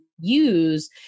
use